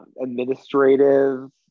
administrative